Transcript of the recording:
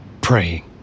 praying